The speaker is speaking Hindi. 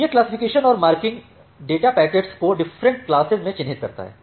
यह क्लासिफिकेशन और मार्किंग डेटा पैकेट्स को डिफरेंट ट्रैफिक क्लासेस में चिह्नित करता है